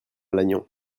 lannion